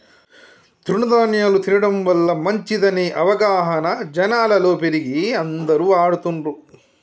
తృణ ధ్యాన్యాలు తినడం వల్ల మంచిదనే అవగాహన జనాలలో పెరిగి అందరు వాడుతున్లు